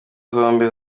zombi